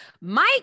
Mike